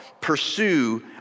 pursue